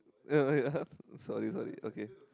oh yeah sorry sorry okay